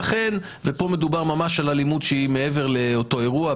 ופה מדובר ממש על אלימות שהיא מעבר לאותו אירוע,